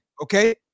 Okay